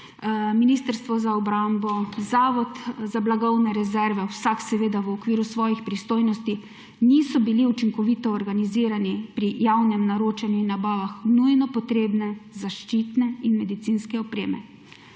Ministrstvo za obrambo, Zavod za blagovne rezerve, vsak seveda v okviru svojih pristojnosti, niso bili učinkovito organizirani pri javnem naročanju in nabavah nujno potrebne zaščitne in medicinske opreme.